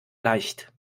leicht